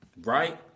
Right